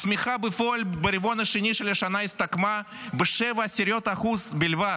הצמיחה בפועל ברבעון השני של השנה הסתכמה ב-0.7% בלבד.